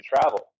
travel